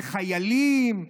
בחיילים,